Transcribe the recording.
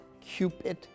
Cupid